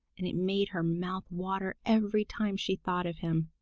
and it made her mouth water every time she thought of him.